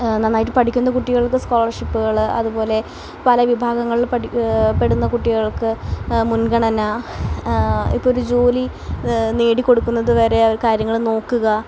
നന്നായിട്ട് പഠിക്കുന്ന കുട്ടികൾക്ക് സ്കോളർഷിപ്പുകൾ അതുപോലെ പല വിഭാഗങ്ങളിൽ പഠി പെടുന്ന കുട്ടികൾക്ക് മുൻഗണന ഇപ്പോൾ ഒരു ജോലി നേടി കൊടുക്കുന്നതുവരെ കാര്യങ്ങൾ നോക്കുക